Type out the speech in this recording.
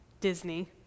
Disney